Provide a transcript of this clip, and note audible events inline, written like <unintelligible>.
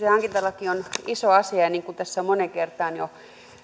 <unintelligible> hankintalaki on iso asia ja niin kuin tässä on moneen kertaan jo